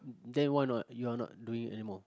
tell you why not you are not doing it anymore